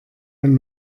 wenn